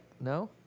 no